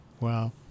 Wow